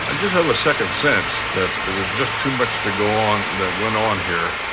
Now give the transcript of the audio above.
ah just have a second sense that there was just too much to go on, that went on here,